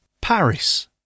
Paris